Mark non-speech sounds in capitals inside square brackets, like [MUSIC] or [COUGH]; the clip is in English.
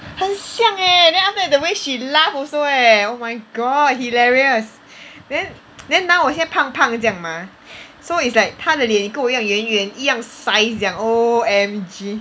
很像 eh then after that the way she laugh also eh oh my god hilarious then [NOISE] then now 我现在胖胖这样 mah so it's like 她的脸跟我一样圆圆一样 size 这样 O_M_G